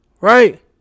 right